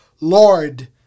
Lord